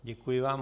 Děkuji vám.